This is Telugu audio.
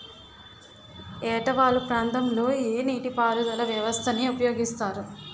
ఏట వాలు ప్రాంతం లొ ఏ నీటిపారుదల వ్యవస్థ ని ఉపయోగిస్తారు?